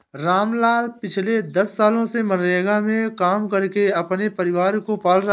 रामलाल पिछले दस सालों से मनरेगा में काम करके अपने परिवार को पाल रहा है